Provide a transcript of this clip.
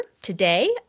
Today